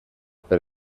per